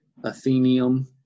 Athenium